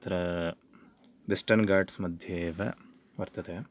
तत्र वेस्टन् गाट्स् मध्ये एव वर्तते